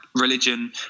religion